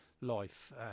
life